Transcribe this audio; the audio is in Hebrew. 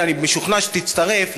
אני משוכנע שתצטרף,